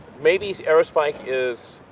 maybe aerospike is,